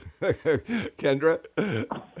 Kendra